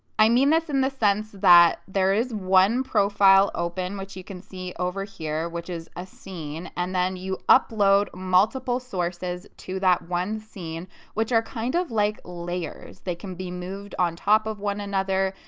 i mean this in the sense that there is one profile open which you can see over here which is a scene, and then you upload multiple sources to that one scene which are kind of like layers. they can be moved on top of one another,